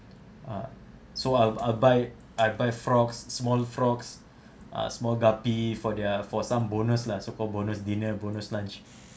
ah so I'll I'll buy I buy frogs small frogs ah small guppy for their for some bonus lah so called bonus dinner bonus lunch